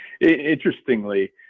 Interestingly